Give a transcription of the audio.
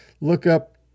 lookup